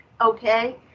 Okay